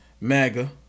MAGA